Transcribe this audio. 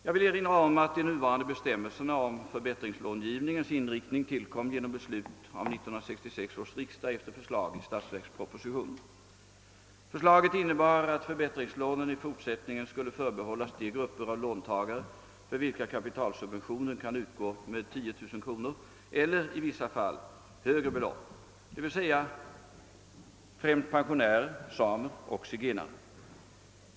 Jag vill erinra om att de nuvarande bestämmelserna om förbättringslångivningens inriktning tillkom genom beslut av 1966 års riksdag efter förslag i statsverkspropositionen. Förslaget innebar att förbättringslånen i fortsättningen skulle förbehållas de grupper av låntagare för vilka kapitalsubventionen kan utgå med 10 000 kronor, eller, i vissa fall, högre belopp, d.v.s. främst pensionärer, samer och zigenare.